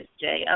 Jay